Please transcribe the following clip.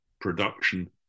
production